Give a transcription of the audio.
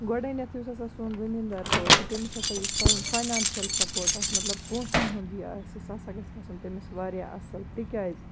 گۄڈٕنیٚتھ یُس ہَسا سون زٔمین دار بوے چھُ تٔمس ہَسا یُس سانہِ فینانشَل سَپوٹ آسہِ مطلب پونٛسن ہُنٛد یہِ اسہِ سُہ ہَسا گَژھہ اسُن تٔمس واریاہ اصٕل تکیازِ